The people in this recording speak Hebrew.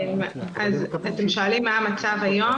זה מעוגן במקום כלשהו?